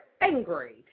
angry